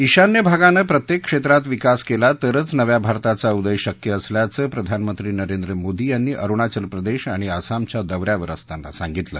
ईशान्य भागानं प्रत्येक क्षेत्रात विकास केला तरच नव्या भारताचा उदय शक्य असल्याचं प्रधानमंत्री नरेंद्र मोदी यांनी अरुणाचल प्रदेश आणि आसामच्या दौ यावर असताना सांगितलं